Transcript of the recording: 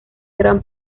gran